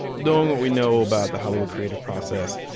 knowing what we know about the hollywood creative process,